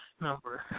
number